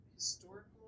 Historical